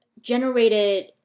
generated